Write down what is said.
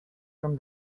from